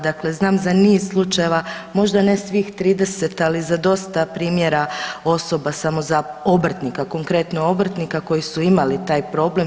Dakle, znam za niz slučajeva, možda ne svih 30, ali za dosta primjera osoba samo za obrtnika, konkretno obrtnika koji su imali taj problem.